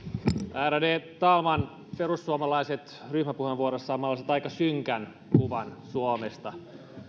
ärade talman perussuomalaiset ryhmäpuheenvuorossaan maalasivat aika synkän kuvan suomesta